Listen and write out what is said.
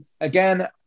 again